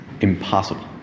impossible